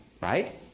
right